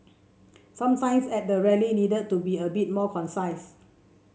some signs at the rally needed to be a bit more concise